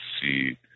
see